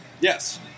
Yes